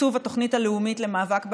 לתקצוב התוכנית הלאומית למאבק באלימות.